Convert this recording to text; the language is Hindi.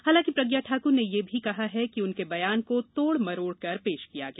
हालांकि प्रज्ञा ठाक्र ने यह भी कहा है कि उनके बयान को तोड़ मरोड़ कर पेश किया गया